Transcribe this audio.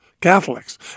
Catholics